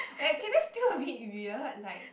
eh can you still a bit weird like